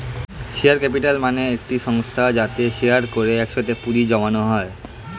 share capital মানে একটি সংস্থা যাতে শেয়ার করে একসাথে পুঁজি জমানো হয়